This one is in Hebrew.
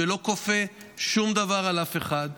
שלא כופה שום דבר על אף אחד.